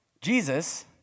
Jesus